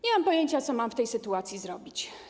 Nie mam pojęcia, co mam w tej sytuacji zrobić.